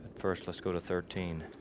first, let's go to thirteen.